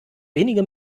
wenige